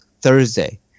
Thursday